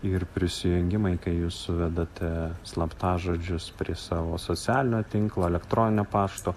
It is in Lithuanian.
ir prisijungimai kai jūs suvedate slaptažodžius prie savo socialinio tinklo elektroninio pašto